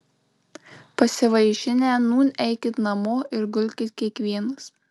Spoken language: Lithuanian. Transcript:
pasivaišinę nūn eikit namo ir gulkit kiekvienas